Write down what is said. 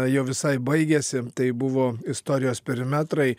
jau visai baigiasi tai buvo istorijos perimetrai